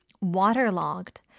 waterlogged